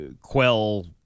quell